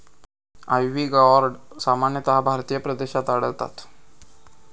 ivy gourd सामान्यतः भारतीय प्रदेशात आढळता